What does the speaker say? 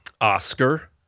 Oscar